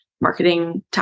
marketing